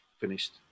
finished